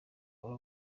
aba